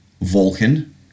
Vulcan